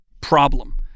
problem